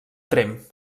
tremp